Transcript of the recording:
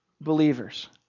believers